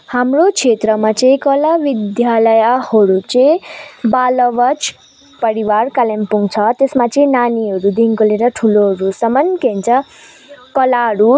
हाम्रो क्षेत्रमा चाहिँ कला विद्यालयहरू चाहिँ बाल आवाज परिवार कालिम्पोङ छ त्यसमा चाहिँ नानीहरूदेखिको लिएर ठुलोहरूसम्म के भन्छ कलाहरू